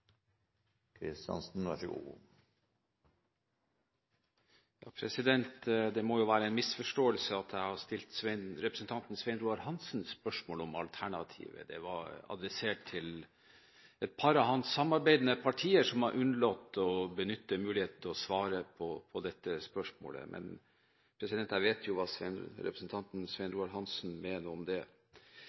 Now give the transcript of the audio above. Det må være en misforståelse at jeg har stilt representanten Svein Roald Hansen spørsmål om hva som er alternativet. Det var adressert til et par av hans samarbeidende partier, som har unnlatt å benytte muligheten til å svare på dette spørsmålet. Men jeg vet jo hva representanten Svein Roald Hansen mener om det.